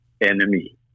enemy